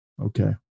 okay